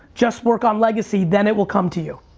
just work on legacy, then it will come to you.